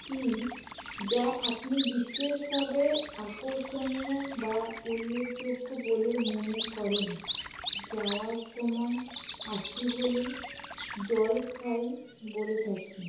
কি যা আপনি বিশেষভাবে আকর্ষণীয় বা উল্লেখযোগ্য বলে মনে করেন যাওয়ার সময় আসি বলি জল খাই বলে থাকি